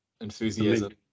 enthusiasm